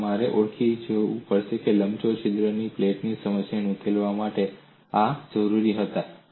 અને તમારે ઓળખવું પડશે કે લંબગોળ છિદ્રવાળી પ્લેટની સમસ્યાને ઉકેલવા માટે આ જરૂરી હતા